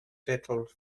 settled